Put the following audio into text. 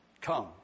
come